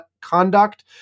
conduct